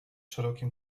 szerokim